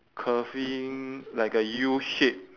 curving like a U shape